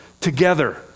together